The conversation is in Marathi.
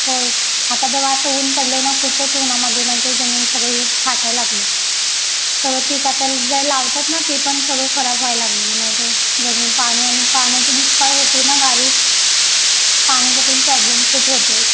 होय आता बघ असं ऊन पडलं आहे ना खूपच उन्हामध्ये म्हणजे जमीन सगळी फाटायला लागली सगळं पीक आता जे लावतात ना ते पण सगळं खराब व्हायला लागलेलं माहीत आहे जमीन पाणी आणि पाण्याचं दुष्काळ होतो आहे ना गावी पाण्याचा पण प्रॉब्लेम खूप होतो आहे